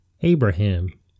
Abraham